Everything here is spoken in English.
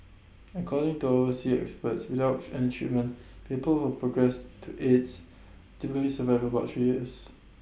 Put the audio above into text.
according to overseas experts without any treatment people who progress to aids typically survive about three years